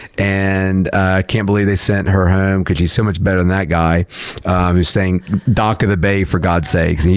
and i can't believe they sent her home because she's so much better than that guy who sang dock of the bay, for god's sakes.